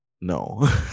no